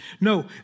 No